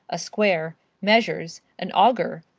a square, measures, an auger,